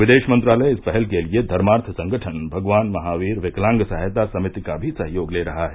विदेश मंत्रालय इस पहल के लिए धर्मार्थ संगठन भगवान महावीर विकलांग सहायता समिते का भी सहयोग ले रहा है